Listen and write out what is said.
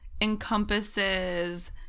encompasses